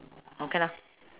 okay lah